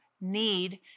need